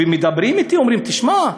ומדברים אתי ואומרים: תשמע,